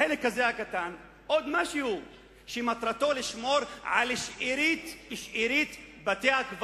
לחלק הקטן הזה משהו שמטרתו לשמור על שארית בתי-הקברות